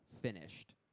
finished